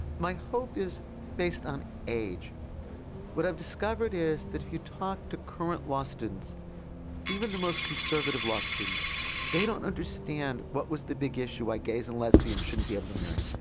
my hope is based on age what i've discovered is that if you talk to current law students even the most conservative law students they don't understand what was the big issue why gays and lesbians shouldn't be able to marry.